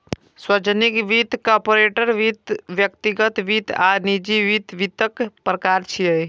सार्वजनिक वित्त, कॉरपोरेट वित्त, व्यक्तिगत वित्त आ निजी वित्त वित्तक प्रकार छियै